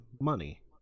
money